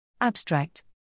Abstract